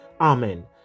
Amen